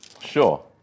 Sure